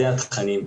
זה התכנים,